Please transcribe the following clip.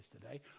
today